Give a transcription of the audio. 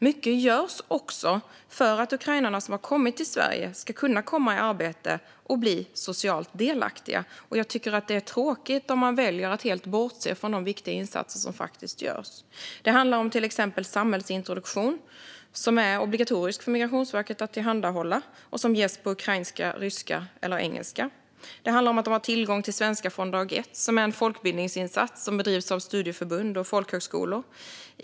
Mycket görs också för att ukrainarna som har kommit till Sverige ska kunna komma i arbete och bli socialt delaktiga, och jag tycker att det är tråkigt när man väljer att helt bortse från de viktiga insatser som faktiskt görs. Det handlar till exempel om samhällsintroduktion, som det är obligatoriskt för Migrationsverket att tillhandahålla och som ges på ukrainska, ryska eller engelska. Det handlar om att ukrainarna har tillgång till Svenska från dag ett, som är en folkbildningsinsats som bedrivs av studieförbund och folkhögskolor.